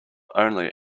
only